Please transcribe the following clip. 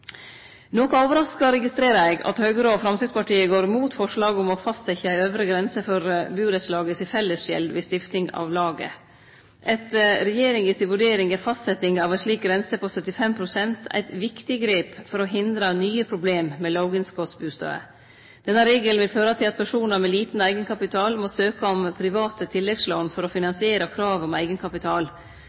Noko overraska registrerer eg at Høgre og Framstegspartiet går mot forslaget om å fastsetje ei øvre grense for burettslaga si fellesgjeld ved stifting av laget. Etter regjeringa si vurdering er fastsetjing av ei slik grense på 75 pst. eit viktig grep for å hindre nye problem med låginnskotsbustader. Denne regelen vil føre til at personar med liten eigenkapital må søkje om private tilleggslån for å finansiere kravet om eigenkapital.